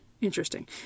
Interesting